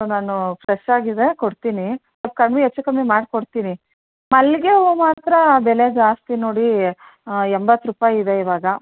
ನಾನು ಫ್ರೆಶ್ಶಾಗಿದೆ ಕೊಡ್ತೀನಿ ಕಮ್ಮಿ ಹೆಚ್ಚು ಕಮ್ಮಿ ಮಾಡಿಕೊಡ್ತೀನಿ ಮಲ್ಲಿಗೆ ಹೂ ಮಾತ್ರ ಬೆಲೆ ಜಾಸ್ತಿ ನೋಡಿ ಎಂಬತ್ತು ರೂಪಾಯಿ ಇದೆ ಇವಾಗ